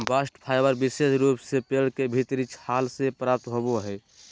bast fibre विशेष रूप से पेड़ के भीतरी छाल से प्राप्त होवो हय